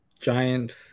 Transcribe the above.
giants